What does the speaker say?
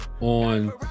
on